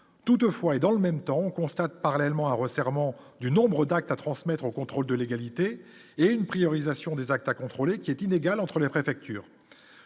toutefois et dans le même temps on constate parallèlement un resserrement du nombre d'actes à transmettre au contrôle de légalité et une priorisation des actes à contrôler qui est inégal entre la préfecture,